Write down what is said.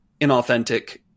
inauthentic